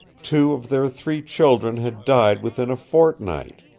two of their three children had died within a fortnight.